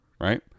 right